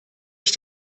ich